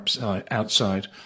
outside